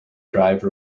drive